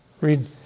Read